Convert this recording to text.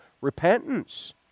repentance